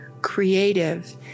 creative